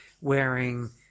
wearing